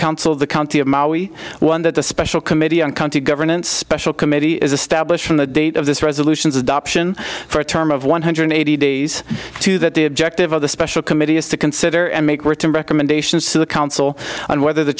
council of the county of maui one that the special committee on county governance special committee is a stablish from the date of this resolutions adoption for a term of one hundred eighty days two that the objective of the special committee is to consider and make written recommendations to the council on whether the